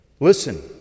Listen